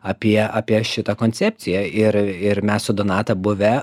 apie apie šitą koncepciją ir ir mes su donata buvę